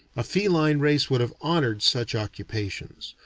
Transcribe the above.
a feline race would have honored such occupations.